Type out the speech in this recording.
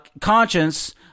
conscience